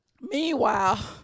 Meanwhile